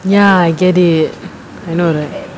ya I get it I know right